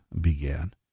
began